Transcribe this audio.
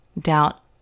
doubt